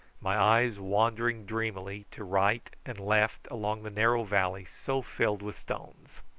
my eyes wandering dreamily to right and left along the narrow valley so filled with stones.